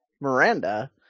Miranda